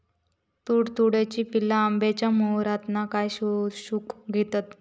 तुडतुड्याची पिल्ला आंब्याच्या मोहरातना काय शोशून घेतत?